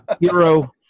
hero